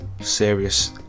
serious